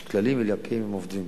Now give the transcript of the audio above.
יש כללים ועל-פיהם עובדים.